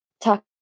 talk